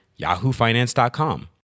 yahoofinance.com